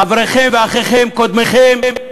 חבריהם ואחיכם, קודמיכם,